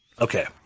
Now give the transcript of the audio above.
okay